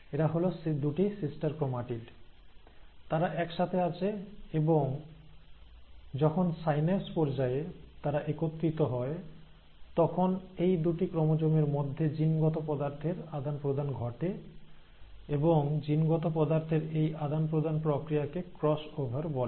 এরা হল দুটি সিস্টার ক্রোমাটিড তারা একসাথে আছে এবং যখন সাইন্যাপস পর্যায়ে তারা একত্রিত হয় তখন এই দুটি ক্রোমোজোমের মধ্যে জিনগত পদার্থের আদান প্রদান ঘটে এবং জিনগত পদার্থের এই আদান প্রদান প্রক্রিয়াকে ক্রস ওভার বলে